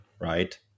right